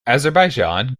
azerbaijan